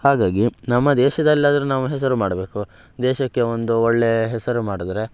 ಹಾಗಾಗಿ ನಮ್ಮ ದೇಶದಲ್ಲಾದರೂ ನಾವು ಹೆಸರು ಮಾಡಬೇಕು ದೇಶಕ್ಕೆ ಒಂದು ಒಳ್ಳೆಯ ಹೆಸರು ಮಾಡಿದ್ರೆ